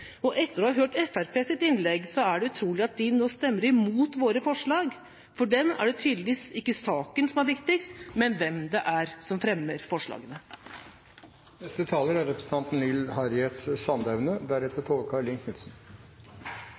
Etter å ha hørt Fremskrittspartiets innlegg er det utrolig at de vil stemme imot våre forslag. For dem er det tydeligvis ikke saken som er viktigst, men hvem det er som fremmer forslagene. Mobbing er